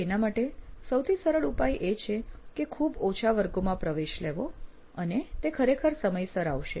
તો એના માટે સૌથી સરળ ઉપાય એ છે કે ખૂબ ઓછા વર્ગોમાં પ્રવેશ લેવો અને તે ખરેખર સમયસર આવશે